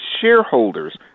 shareholders